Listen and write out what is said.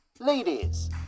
Ladies